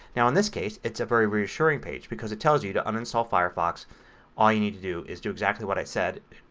now in this case it's a very reassuring page because it tells you to uninstalled firefox all you need to do is exactly what i said.